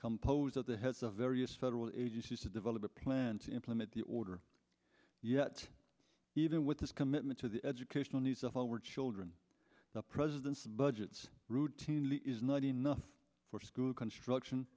composed of the heads of various federal agencies to develop a plan to implement the order yet even with this commitment to the educational needs of our children the president's budgets routinely is not enough for school construction